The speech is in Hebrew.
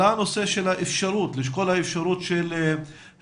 עלה הנושא לשקול את האפשרות להסיט